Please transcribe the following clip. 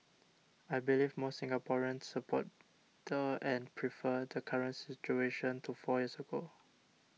I believe most Singaporeans support the and prefer the current situation to four years ago